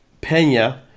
Pena